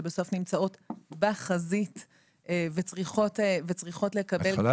שבסוף נמצאות בחזית וצריכות לקבל --- את יכולה